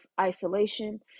isolation